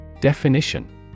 Definition